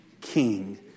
king